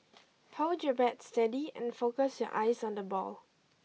hold your bat steady and focus your eyes on the ball